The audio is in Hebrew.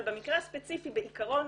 אבל במקרה הספציפי בעיקרון